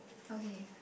okay